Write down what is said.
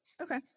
Okay